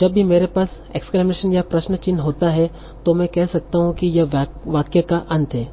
जब भी मेरे पास एक्सक्लैमशन या प्रश्न चिह्न होता है तो मैं कह सकता हूं कि यह वाक्य का अंत है